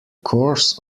course